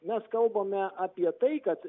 mes kalbame apie tai kad